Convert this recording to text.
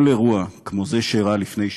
כל אירוע כמו זה שאירע לפני שבוע,